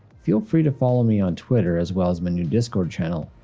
feel free to follow me on twitter as well as my new discord channel.